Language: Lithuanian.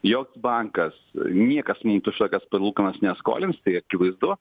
joks bankas niekas mum už tokias palūkanas neskolins tai akivaizdu